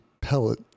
pellet